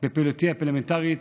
בפעילותי הפרלמנטרית